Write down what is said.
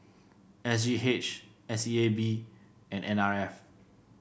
S G H S E A B and N R F